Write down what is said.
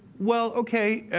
well, ok,